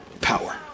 power